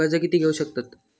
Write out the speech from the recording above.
कर्ज कीती घेऊ शकतत?